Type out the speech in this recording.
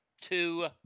Two